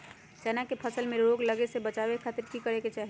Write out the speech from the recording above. चना की फसल में रोग लगे से बचावे खातिर की करे के चाही?